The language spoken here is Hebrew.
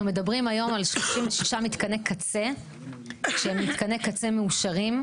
אנחנו מדברים היום על 36 מתקני קצה שמתקני קצה מאושרים,